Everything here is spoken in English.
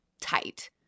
tight